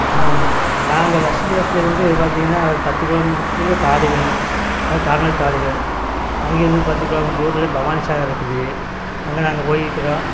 நாங்கள் வசிக்கிற இடத்திலேருந்தே பார்த்திங்கன்னா ஒரு பத்து கிலோ மீட்டரில் காடுகள் அதன் கனல் காடுகள் அங்கேருந்து பத்து கிலோ மீட்டர் தூரத்தில் பவானிசாகர் இருக்குது அங்கே நாங்கள் போயிருக்கிறோம்